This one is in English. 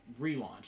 relaunch